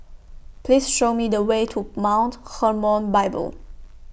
Please Show Me The Way to Mount Hermon Bible